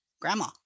grandma